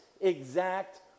exact